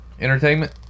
Entertainment